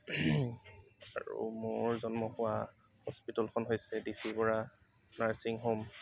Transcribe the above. আৰু মোৰ জন্ম হোৱা হস্পিতালখন হৈছে ডি চি বৰা নাৰ্ছিং হ'ম